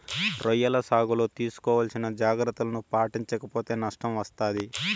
రొయ్యల సాగులో తీసుకోవాల్సిన జాగ్రత్తలను పాటించక పోతే నష్టం వస్తాది